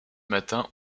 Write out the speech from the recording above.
matin